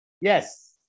yes